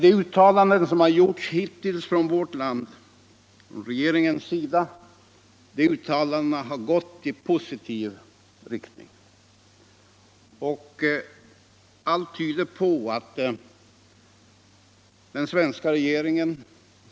De uttalanden som har gjorts hittills av vårt land, från regeringens sida, har gått i positiv riktning. Och allt tyder på att den svenska regeringen och den.